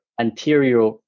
anterior